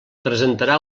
presentarà